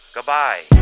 Goodbye